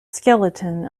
skeleton